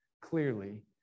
clearly